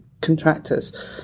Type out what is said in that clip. contractors